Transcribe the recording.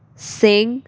Singh